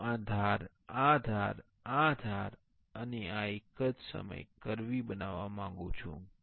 હું આ ધાર આ ધાર આ ધાર અને આ એક જ સમયે કર્વી બનવા માંગું છું